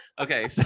Okay